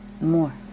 more